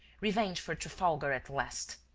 revenge for trafalgar at last.